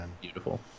beautiful